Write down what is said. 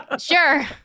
sure